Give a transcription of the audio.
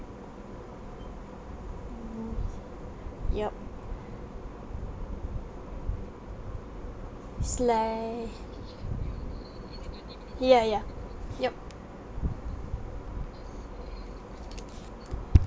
mm ya ya yeah ya